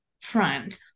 front –